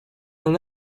and